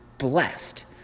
blessed